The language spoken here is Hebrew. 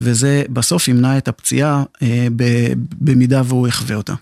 וזה בסוף ימנע את הפציעה במידה והוא יחווה אותה.